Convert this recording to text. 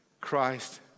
Christ